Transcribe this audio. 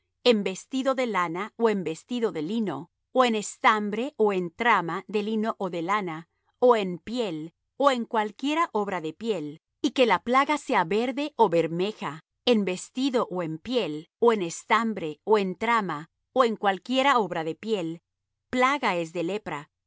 en vestido de lana ó en vestido de lino o en estambre ó en trama de lino ó de lana ó en piel ó en cualquiera obra de piel y que la plaga sea verde ó bermeja en vestido ó en piel ó en estambre ó en trama ó en cualquiera obra de piel plaga es de lepra